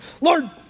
Lord